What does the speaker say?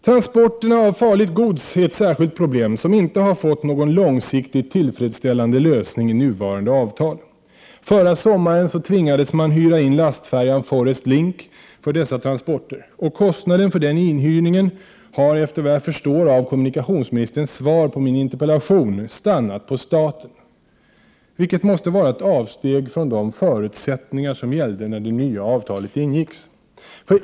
Transporterna av farligt gods är ett särskilt problem, som inte har fått någon långsiktigt tillfredsställande lösning i nuvarande avtal. Förra sommaren tvingades man hyra in lastfärjan Forrest Link för dessa transporter. Kostnaden för den inhyrningen har, efter vad jag förstår av kommunikationsministerns svar på min interpellation, stannat på staten, vilket måste vara ett avsteg från de förutsättningar som gällde när det nya avtalet ingicks.